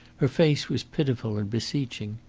her face was pitiful and beseeching.